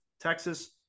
Texas